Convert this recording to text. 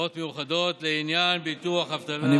(הוראות מיוחדות לעניין ביטוח אבטלה) אני